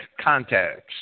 context